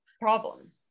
problem